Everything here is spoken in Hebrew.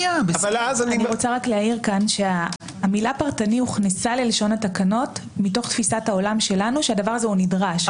המילה פרטני הוכנסה ללשון התקנות מתוך תפיסת העולם שלנו שזה נדרש.